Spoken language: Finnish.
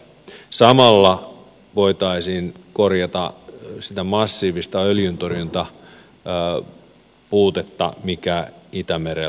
samalla voitaisiin korjata sitä massiivista öljyntorjuntapuutetta mikä itämerellä on